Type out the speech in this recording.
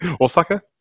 Osaka